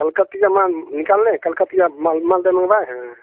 कलकतिया मा निकाल लें कलकतिया माल मालदह मंगवाए हैं